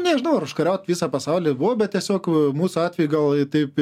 nežinau ar užkariauti visą pasaulį buvo bet tiesiog mūsų atveju gal taip